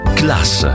class